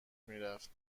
میرفت